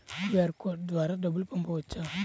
QR code ద్వారా డబ్బులు పంపవచ్చా?